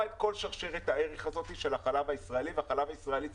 את כל שרשרת הערך הזאת של החלב הישראלי --- רגע,